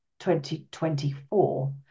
2024